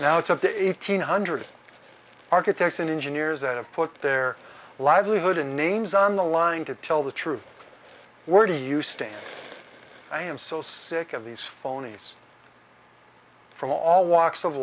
now it's up to eighteen hundred architects and engineers that have put their livelihood in names on the line to tell the truth were do you stand i am so sick of these phoneys from all walks of